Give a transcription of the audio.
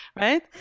right